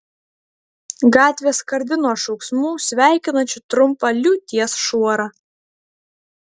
gatvė skardi nuo šauksmų sveikinančių trumpą liūties šuorą